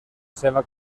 seva